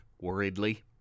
worriedly